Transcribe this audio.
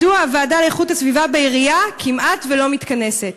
מדוע הוועדה לאיכות הסביבה בעירייה כמעט שלא מתכנסת?